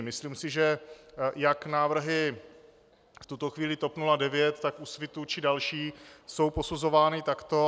Myslím si, že jak návrhy v tuto chvíli TOP 09, tak Úsvitu či dalších jsou posuzovány takto.